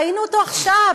ראינו אותו עכשיו,